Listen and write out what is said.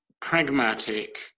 pragmatic